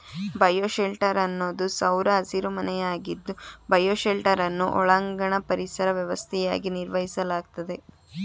bioshelter ಅನ್ನೋದು ಸೌರ ಹಸಿರುಮನೆಯಾಗಿದ್ದು ಬಯೋಶೆಲ್ಟರನ್ನು ಒಳಾಂಗಣ ಪರಿಸರ ವ್ಯವಸ್ಥೆಯಾಗಿ ನಿರ್ವಹಿಸಲಾಗ್ತದೆ